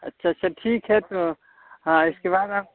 अच्छा अच्छा ठीक है तो हाँ इसके बाद आप